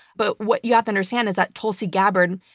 but what you have to understand is that tulsi gabbard,